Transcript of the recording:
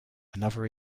another